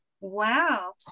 Wow